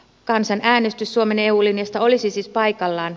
kansanäänestys suomen eu linjasta olisi siis paikallaan